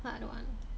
so I don't want